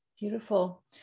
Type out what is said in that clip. beautiful